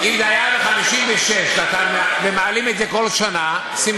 אני אסביר, אני אסביר.